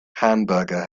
hamburger